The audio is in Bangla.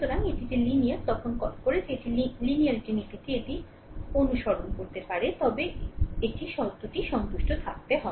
সুতরাং এটি যে লিনিয়ার তখন কল করে যে এটি লাইনারিটি নীতিটি এটি অনুসারে করতে পারে এটি শর্তটি সন্তুষ্ট থাকতে হয়